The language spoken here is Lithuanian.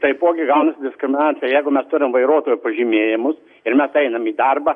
taipogi gaunas diskriminacija jeigu mes turim vairuotojo pažymėjimus ir mes einame į darbą